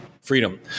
freedom